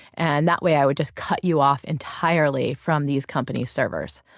and that way i would just cut you off entirely from these companies servers.